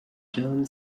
term